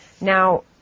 Now